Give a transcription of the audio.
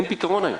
אין פתרון היום.